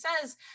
says